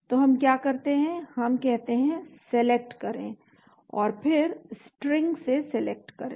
तो हम क्या करते हैं हम कहते हैं सेलेक्ट करें और फिर स्ट्रिंग से सेलेक्ट करें